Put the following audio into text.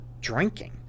drinking